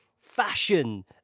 fashion